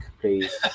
please